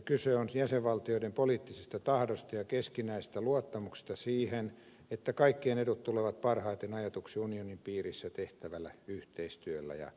kyse on jäsenvaltioiden poliittisesta tahdosta ja keskinäisestä luottamuksesta siihen että kaikkien edut tulevat parhaiten ajetuksi unionin piirissä tehtävällä yhteistyöllä